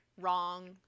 wrong